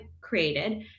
created